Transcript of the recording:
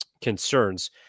concerns